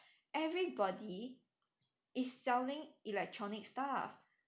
everybody is selling electronic stuff